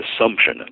assumption